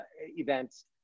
events